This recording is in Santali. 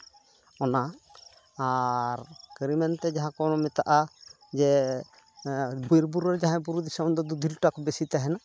ᱚᱱᱟ ᱟᱨ ᱠᱟᱹᱨᱤ ᱢᱮᱱᱛᱮ ᱡᱟᱦᱟᱸ ᱠᱚᱵᱚᱱ ᱢᱮᱛᱟᱜᱼᱟ ᱡᱮ ᱵᱤᱨᱼᱵᱩᱨᱩ ᱨᱮ ᱡᱟᱦᱟᱸᱭ ᱵᱩᱨᱩ ᱫᱤᱥᱚᱢ ᱫᱚ ᱫᱩᱸᱫᱷᱤ ᱞᱟᱴᱟ ᱠᱚ ᱵᱤᱥᱤ ᱛᱟᱦᱮᱱᱟ